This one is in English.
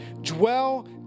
dwell